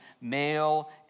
male